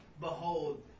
Behold